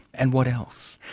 and what else?